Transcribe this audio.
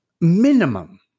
Minimum